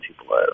people